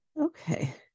okay